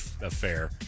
affair